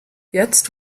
jetzt